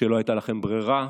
שלא הייתה לכם ברירה?